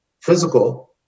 physical